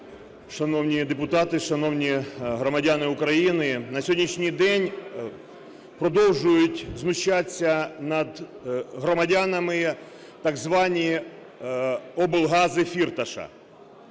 Шановні депутати! Шановні громадяни України! На сьогоднішній день продовжують знущатись над громадянами так звані "облгази Фірташа".